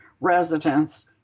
residents